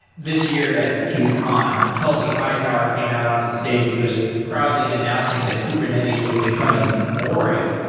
this year at cube-con, kelsey hightower came out on to the stage and he was proudly announcing that kubernetes was becoming boring,